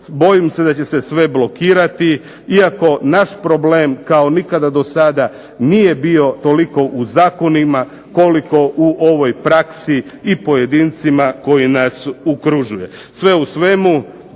bojim se da će se sve blokirati, iako naš problem kao nikada do sada nije bio toliko u zakonima koliko u ovoj praksi i pojedincima koji nas okružuje. Sve u svemu